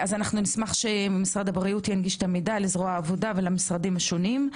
נשמח שמשרד הבריאות ינגיש את המידע לזרוע העבודה ולמשרדים השונים,